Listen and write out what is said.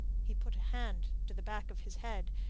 he put a hand to the back of his head,